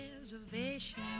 reservation